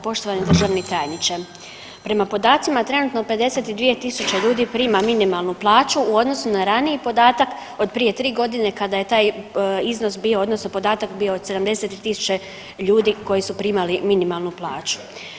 Poštovani državni tajniče, prema podacima trenutno 52.000 ljudi prima minimalnu plaću u odnosu na raniji podatak od prije 3 godine kada je taj iznos bio odnosno podatak bio od 73.000 ljudi koji su primali minimalnu plaću.